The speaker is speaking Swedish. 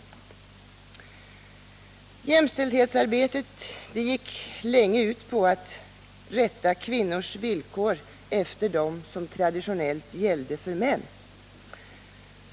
Jämställdhetsarbetet gick länge ut på att rätta kvinnors villkor efter dem som traditionellt gäller för män.